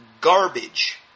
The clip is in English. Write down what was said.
garbage